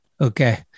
Okay